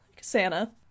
Santa